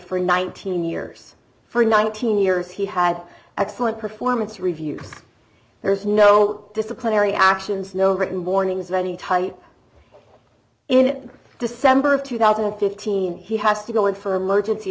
for nineteen years for nineteen years he had excellent performance reviews there's no disciplinary actions no written warnings any type in december of two thousand and fifteen he has to go in for a